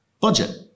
budget